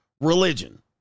Religion